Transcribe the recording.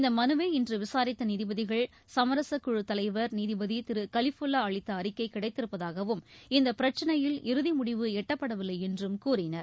இந்த மனுவை இன்று விசாரித்த நீதிபதிகள் சமரசக் குழு தலைவர் நீதிபதி கலிஃபுல்லா அளித்த அறிக்கை கிடைத்திருப்பதாகவும் இந்தப் பிரச்சினையில் இறுதி முடிவு எட்டப்படவில்லை என்றும் கூறினர்